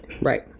Right